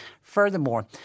Furthermore